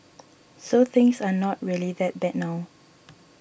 so things are not really that bad now